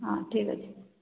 ହଁ ଠିକ୍ ଅଛି